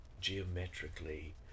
geometrically